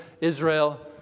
Israel